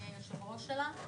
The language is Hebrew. אני היושב-ראש שלה.